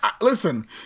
listen